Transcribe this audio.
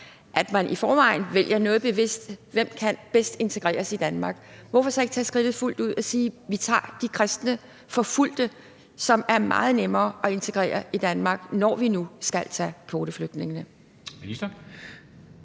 at man i forvejen vælger noget bevidst, vedrørende hvem der bedst kan integreres i Danmark, men hvorfor så ikke tage skridtet fuldt ud og sige: Vi tager de kristne forfulgte, som er meget nemmere at integrere i Danmark, når vi nu skal tage kvoteflygtninge?